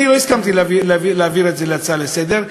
אני לא הסכמתי להעביר את זה להצעה לסדר,